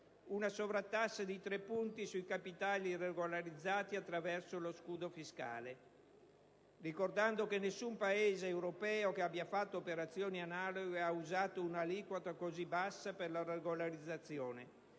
Una sovrattassa di 3 punti sui capitali regolarizzati attraverso lo scudo fiscale, ricordando che nessun Paese europeo che abbia fatto operazioni analoghe ha usato un'aliquota così bassa per la regolarizzazione